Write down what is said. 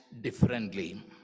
differently